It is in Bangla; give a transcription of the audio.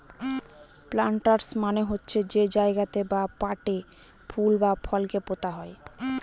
প্লান্টার্স মানে হচ্ছে যে জায়গাতে বা পটে ফুল বা ফলকে পোতা হয়